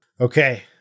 Okay